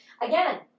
Again